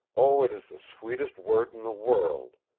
oh, it is the sweetest word in the world,